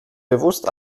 bewusst